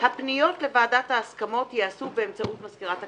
הפניות לוועדת ההסכמות ייעשו באמצעות מזכירת הכנסת.